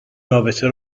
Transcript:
رابطه